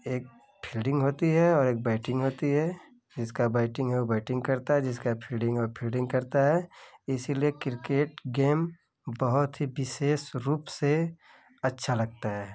एक फील्डिंग होती है और एक बैटिंग होती है जिसका बैटिंग है उ बैटिंग करता है जिसका फील्डिंग है उ फील्डिंग करता है इसलिए किरकेट गेम बहुत ही विशेष रूप से अच्छा लगता हे